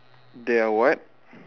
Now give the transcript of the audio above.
their what